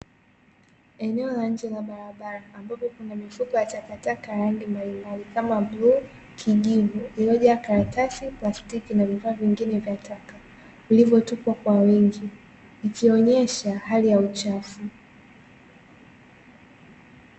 Eneo la nje la barabara ambapo kuna mifuko ya takataka ya rangi mbalimbali kama; buluu, kijivu iliyojaa karatasi, plastiki na vifaa vingine vya taka. Vilivyotupwa kwa wingi vikionesha hali ya chafu.